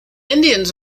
indians